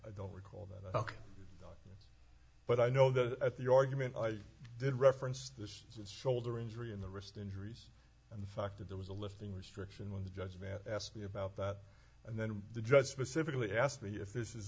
i don't recall that but i know that at the argument i did reference this shoulder injury in the wrist injuries and the fact that there was a lifting restriction on the judge that asked me about that and then the judge specifically asked me if this is